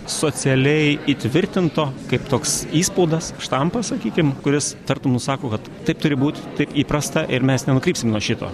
socialiai įtvirtinto kaip toks įspaudas štampas sakykim kuris tartum nusako kad taip turi būt taip įprasta ir mes nenukrypsim nuo šito